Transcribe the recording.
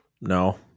No